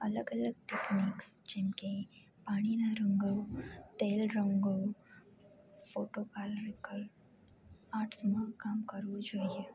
અલગ અલગ ટેકનિક્સ જેમ કે પાણીના રંગો તેલ રંગો ફોટો પાડીને કરવું આર્ટ્સમાં કામ કરવું જોઈએ